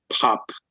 pop